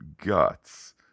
guts